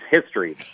history